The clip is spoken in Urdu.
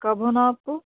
کب ہونا آپ کو